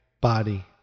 body